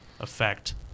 effect